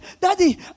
Daddy